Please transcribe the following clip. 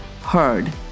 heard